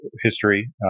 history